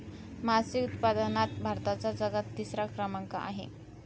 मासे उत्पादनात भारताचा जगात तिसरा क्रमांक आहे